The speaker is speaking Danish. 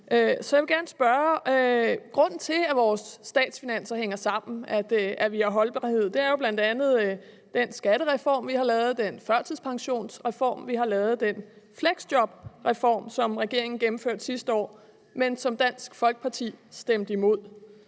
Så jeg vil gerne spørge: Grunden til, at vores statsfinanser hænger sammen, og at vi har holdbarhed, er jo bl.a. den skattereform, vi har lavet, den førtidspensionsreform, vi har lavet, og den fleksjobreform, som regeringen gennemførte sidste år, men som Dansk Folkeparti stemte imod.